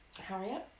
Harriet